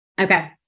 Okay